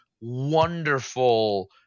wonderful –